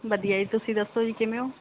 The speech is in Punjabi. ਵਧੀਆ ਜੀ ਤੁਸੀਂ ਦੱਸੋ ਜੀ ਕਿਵੇਂ ਹੋ